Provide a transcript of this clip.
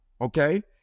okay